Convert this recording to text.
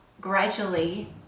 gradually